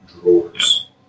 drawers